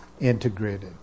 integrated